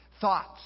thoughts